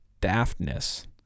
daftness